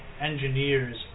engineers